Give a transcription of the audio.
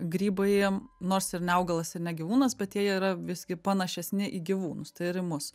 grybai nors ir ne augalas ir ne gyvūnas bet jie yra visgi panašesni į gyvūnus tai ir į mus